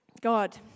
God